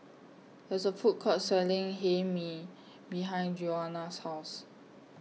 here IS A Food Court Selling Hae Mee behind Joana's House